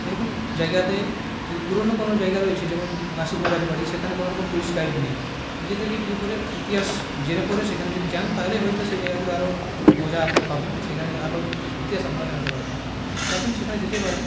এরকম জায়গাতে যদি পুরোনো কোনো জায়গা রয়েছে যেমন কাশীপুর রাজবাড়ি সেখানে কোনোরকম টুরিস্ট গাইড নেই নিজেদেরকে গিয়ে পরে ইতিহাস জেনে পরে সেখানে যদি যান তাহলে হয়তো সেই জায়গাগুলোর আরও মজা আপনি পাবেন সেখানে আরো ইতিহাস আপনারা জানতে পাবেন তা আপনি সেখানে যেতে পারেন